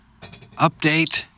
update